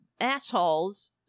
assholes